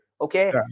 Okay